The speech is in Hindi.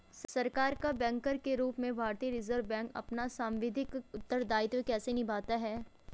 सरकार का बैंकर के रूप में भारतीय रिज़र्व बैंक अपना सांविधिक उत्तरदायित्व कैसे निभाता है?